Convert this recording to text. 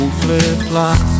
flip-flops